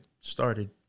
started